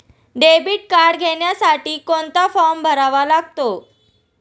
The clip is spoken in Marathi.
डेबिट कार्ड घेण्यासाठी कोणता फॉर्म भरावा लागतो?